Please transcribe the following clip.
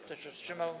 Kto się wstrzymał?